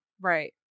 Right